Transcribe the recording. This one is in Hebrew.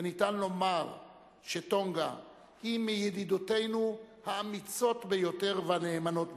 וניתן לומר שטונגה היא מידידותינו האמיצות ביותר והנאמנות ביותר.